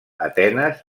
atenes